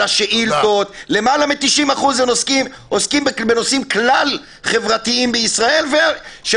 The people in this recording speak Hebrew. על השאילתות למעלה מ-90% עוסקים בנושאים כלל חברתיים בישראל ושל